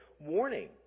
warning